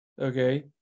okay